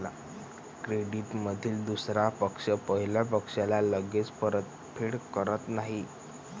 क्रेडिटमधील दुसरा पक्ष पहिल्या पक्षाला लगेच परतफेड करत नाही